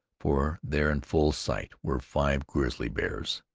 for there in full sight were five grizzly bears,